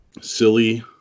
silly